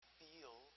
feel